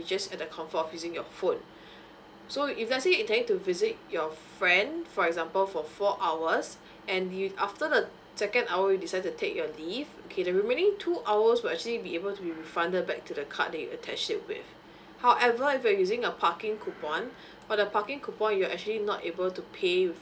with just at the comfort of using your phone so if let's say you're trying to visit your friend for example for four hours and you after the second hour you decide to take your leave okay the remaining two hours will actually be able to be refunded back to the card that you attached it with however if you're using a parking coupon for the parking coupon you're actually not able to pay